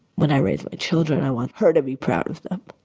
when i raise my children i want her to be proud of them